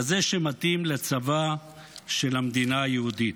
כזה שמתאים לצבא של המדינה היהודית.